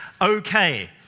Okay